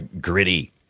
gritty